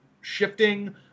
shifting